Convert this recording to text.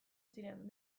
ziren